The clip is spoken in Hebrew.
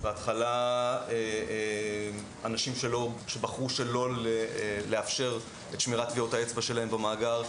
בהתחלה אנשים שבחרו שלא לאפשר את שמירת טביעות האצבע שלהם במאגר,